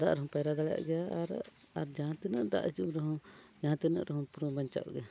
ᱫᱟᱜ ᱨᱮᱦᱚᱢ ᱯᱟᱭᱨᱟ ᱫᱟᱲᱮᱭᱟᱜ ᱜᱮᱭᱟ ᱟᱨ ᱟᱨ ᱡᱟᱦᱟᱸ ᱛᱤᱱᱟᱹᱜ ᱫᱟᱜ ᱦᱤᱡᱩᱜ ᱨᱮᱦᱚᱸ ᱡᱟᱦᱟᱸ ᱛᱤᱱᱟᱹᱜ ᱨᱮᱦᱚᱸ ᱯᱩᱨᱟᱹ ᱵᱟᱧᱪᱟᱜ ᱜᱮᱭᱟ